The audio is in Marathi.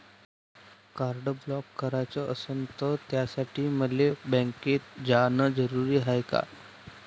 कार्ड ब्लॉक कराच असनं त त्यासाठी मले बँकेत जानं जरुरी हाय का?